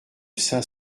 saint